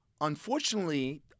Unfortunately